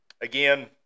Again